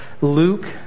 Luke